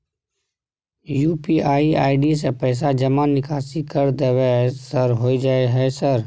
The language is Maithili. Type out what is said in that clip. यु.पी.आई आई.डी से पैसा जमा निकासी कर देबै सर होय जाय है सर?